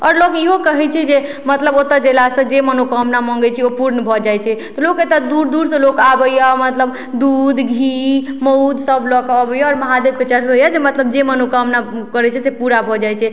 और लोग इहो कहै छै जे मतलब ओतऽ जेला से जे मनोकामना मंगै छै ओ पूर्ण भऽ जाइ छै तऽ लोक एतऽ दूर दूर से लोक आबैए मतलब दूध घी मौध सब लऽ कऽ अबैए आओर महादेवके चढ़बैए जे मतलब जे मनोकामना करै छै से पूरा भऽ जाइ छै